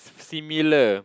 similar